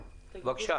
בבקשה.